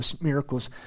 miracles